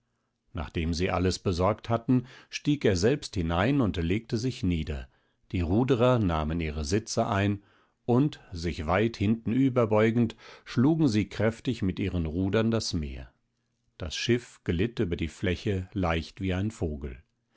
nachdem sie alles besorgt hatten stieg er selbst hinein und legte sich nieder die ruderer nahmen ihre sitze ein und sich weit hintenüber beugend schlugen sie kräftig mit ihren rudern das meer das schiff glitt über die fläche leicht wie ein vogel